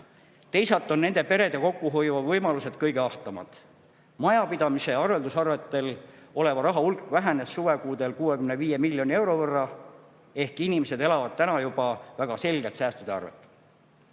Teisalt on nende perede kokkuhoiuvõimalused kõige ahtamad. Majapidamiste arveldusarvetel oleva raha hulk vähenes suvekuudel 65 miljoni euro võrra ehk inimesed elavad täna juba väga selgelt säästude arvel.